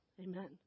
Amen